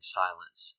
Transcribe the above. silence